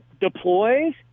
deploys